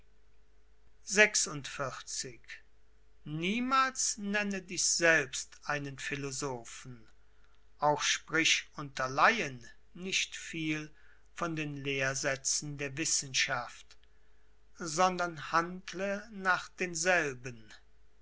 niemals nenne dich selbst einen philosophen auch sprich unter laien nicht viel von den lehrsätzen der wissenschaft sondern handle nach denselben